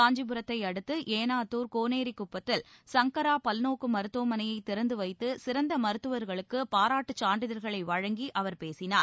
காஞ்சிபுரத்தையடுத்து ஏனாத்துர் கோனேரிக்குப்பத்தில் சங்கரா பல்நோக்கு மருத்துவமனைய திறந்து வைத்து சிறந்த மருத்துவர்களுக்கு பாராட்டு சான்றிதழ்களை வழங்கி அவர் பேசினார்